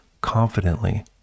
confidently